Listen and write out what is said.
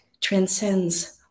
transcends